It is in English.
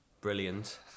Brilliant